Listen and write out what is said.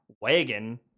wagon